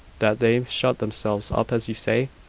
that they shut themselves up as you say?